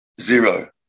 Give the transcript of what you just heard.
Zero